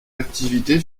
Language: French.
activité